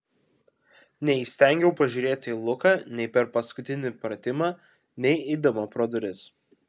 neįstengiau pažiūrėti į luką nei per paskutinį pratimą nei eidama pro duris